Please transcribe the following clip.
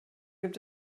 gibt